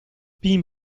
pin